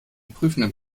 prüfenden